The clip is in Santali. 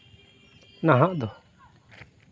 ᱱᱟᱦᱟᱜ ᱫᱚ